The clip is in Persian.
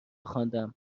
خواندم